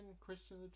Christian